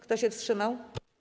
Kto się wstrzymał?